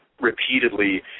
repeatedly